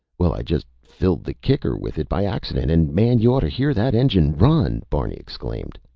well, i just filled the kicker with it by accident, and man, you orter hear that engine run, barney exclaimed.